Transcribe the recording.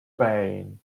pain